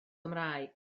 gymraeg